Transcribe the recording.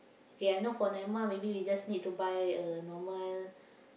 okay I know for Naimah maybe we just need to buy a normal